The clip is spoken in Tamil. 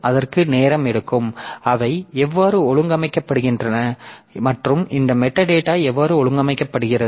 அதற்கு நேரம் எடுக்கும் அவை எவ்வாறு ஒழுங்கமைக்கப்பட்டுள்ளன மற்றும் இந்த மெட்டாடேட்டா எவ்வாறு ஒழுங்கமைக்கப்படுகிறது